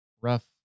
rough